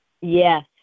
Yes